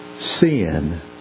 Sin